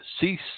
Cease